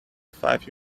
five